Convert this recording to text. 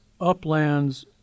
uplands